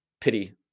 pity